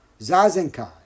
zazenkai